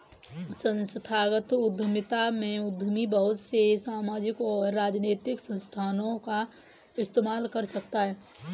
संस्थागत उद्यमिता में उद्यमी बहुत से सामाजिक और राजनैतिक संस्थाओं का इस्तेमाल कर सकता है